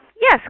Yes